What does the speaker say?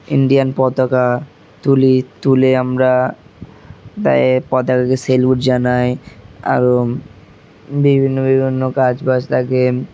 Indian পতাকা তুলি তুলে আমরা তয়ে পতাকাকে সেলুট জানাই আরও বিভিন্ন বিভিন্ন কাজ বাজ থাকে